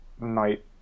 night